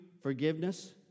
forgiveness